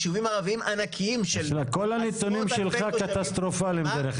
ישובים ערביים ענקיים של עשרות אלפי תושבים